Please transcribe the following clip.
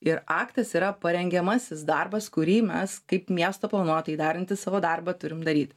ir aktas yra parengiamasis darbas kurį mes kaip miesto planuotojai darantys savo darbą turim daryt